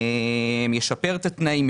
ישפר את התנאים,